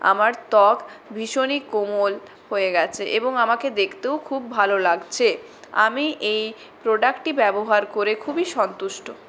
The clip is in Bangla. আমার ত্বক ভীষণই কোমল হয়ে গেছে এবং আমাকে দেখতেও খুব ভালো লাগছে আমি এই প্রোডাক্টটি ব্যবহার করে খুবই সন্তুষ্ট